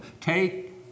take